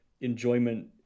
enjoyment